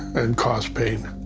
and cause pain.